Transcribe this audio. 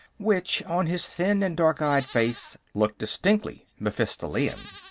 which, on his thin and dark-eyed face, looked distinctly mephistophelean.